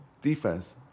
defense